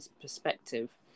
perspective